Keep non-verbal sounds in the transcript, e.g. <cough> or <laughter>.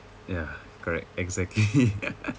ya correct exactly <laughs>